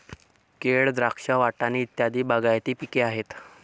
केळ, द्राक्ष, वाटाणे इत्यादी बागायती पिके आहेत